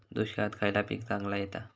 दुष्काळात खयला पीक चांगला येता?